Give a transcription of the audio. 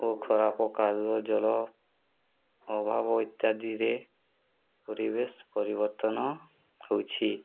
ଓ ଖରାପ କାଗଜ ଜଳ ଅଭାବ ଇତ୍ୟାଦିରେ ପରିବେଶ ପରିବର୍ତ୍ତନ ହେଉଛି